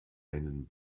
einen